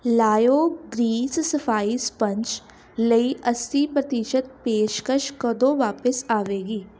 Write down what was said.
ਲਾਇਓ ਗਰੀਸ ਸਫਾਈ ਸਪੰਜ ਲਈ ਅੱਸੀ ਪ੍ਰਤਿਸ਼ਤ ਪੇਸ਼ਕਸ਼ ਕਦੋਂ ਵਾਪਸ ਆਵੇਗੀ